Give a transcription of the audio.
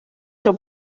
seu